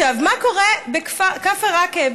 מה קורה בכפר עקב,